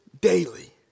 daily